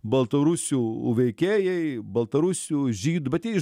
baltarusių veikėjai baltarusių žydų bet jie iš